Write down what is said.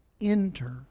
enter